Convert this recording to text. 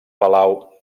palau